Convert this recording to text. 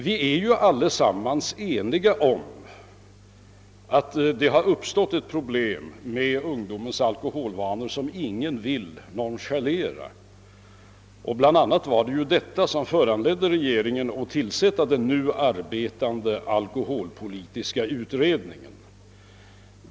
Vi är alla eniga om att ungdomens alkoholvanor är ett problem som ingen vill nonchalera. Det var bl.a. detta som föranledde regeringen att tillsätta den nu arbetande alkoholpolitiska utredningen.